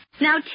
Now